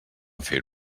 fer